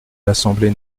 l’assemblée